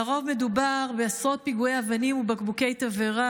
לרוב מדובר בעשרות פיגועי אבנים ובקבוקי תבערה,